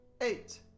Eight